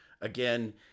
again